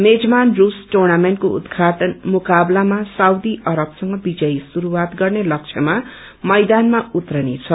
मेजमान रूस टुनमिन्टको उद्घाटन मुकाबलामा साउदी अरबसँग विजयी शुस्वात गर्ने लक्ष्यमा मैदानमा उत्रिनेछ